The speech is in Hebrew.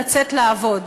לצאת לעבוד.